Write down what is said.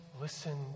listen